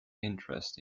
interest